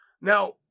Now